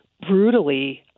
brutally